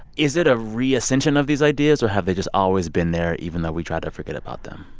is it a re-ascension of these ideas, or have they just always been there, even though we tried to forget about them?